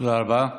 תודה רבה.